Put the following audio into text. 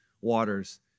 waters